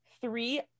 three